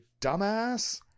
dumbass